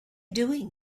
doing